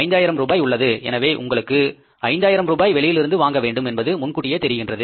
5 ஆயிரம் ரூபாய் உள்ளது எனவே உங்களுக்கு 5000 ரூபாய் வெளியிலிருந்து வாங்க வேண்டும் என்பது முன்கூட்டியே தெரிகின்றது